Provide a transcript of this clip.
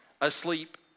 asleep